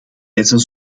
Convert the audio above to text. eisen